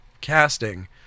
casting